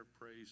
praise